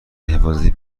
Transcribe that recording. حفاظتی